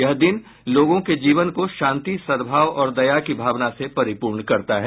यह दिन लोगों के जीवन को शांति सद्भाव और दया की भावना से परिपूर्ण करता है